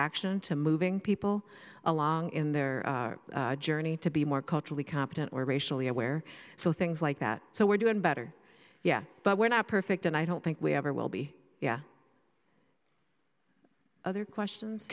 action to moving people along in their journey to be more culturally competent or racially aware so things like that so we're doing better yeah but we're not perfect and i don't think we ever will be yeah other questions